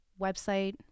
website